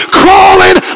crawling